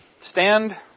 stand